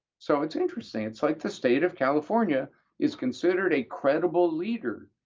so it's interesting. it's like the state of california is considered a credible leader,